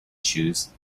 choose